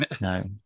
no